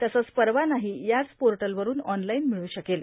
तसंच परवानाही याच पोर्टलवरुन ऑनलाईन मिळू शकेल